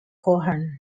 cohen